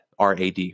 RAD